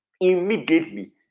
immediately